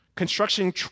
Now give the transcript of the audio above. Construction